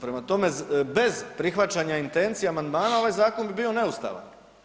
Prema tome, bez prihvaćanja intencija amandmana ovaj zakon bi bio neustavan.